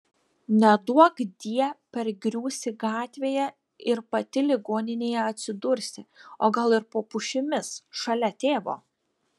neduokdie pargriūsi gatvėje ir pati ligoninėje atsidursi o gal ir po pušimis šalia tėvo